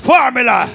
Formula